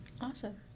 Awesome